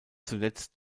zuletzt